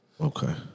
Okay